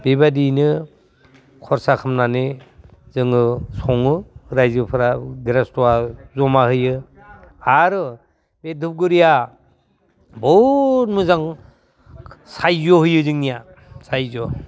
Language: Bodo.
बेबायदियैनो खरसा खामनानै जोङो सङो रायजोफोरा ग्रिहास्त'आ जमा होयो आरो बे धुपगुरिया बहुद मोजां सायज' होयोजोंनिया सायज'